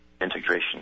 integration